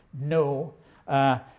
No